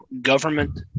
government